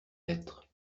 lettres